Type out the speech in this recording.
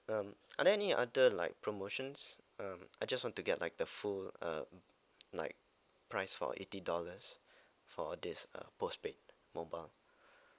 um are there any other like promotions um I just want to get like the full uh like price for eighty dollars for this uh postpaid mobile